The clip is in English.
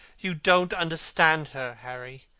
you don't understand her, harry.